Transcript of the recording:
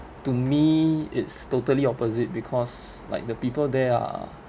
to me it's totally opposite because like the people there are